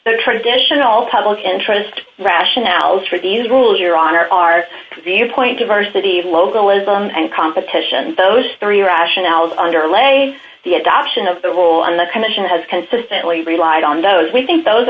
for traditional public interest rationales for these rules here on our viewpoint diversity localism and competition those three rationales underlie the adoption of the role on the commission has consistently relied on those we think those